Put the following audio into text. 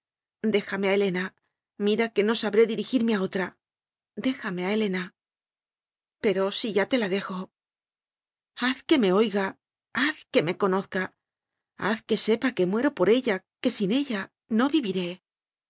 déjame a helena mira que no sabré dirigirme a otra déjame a helena pero si ya te la dejo haz que me oiga haz que me conozca haz que sepa que muero por ella que sin ella no viviré